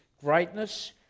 greatness